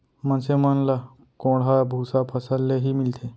मनसे मन ल कोंढ़ा भूसा फसल ले ही मिलथे